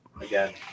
Again